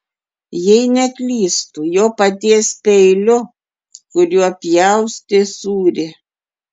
jei neklystu jo paties peiliu kuriuo pjaustė sūrį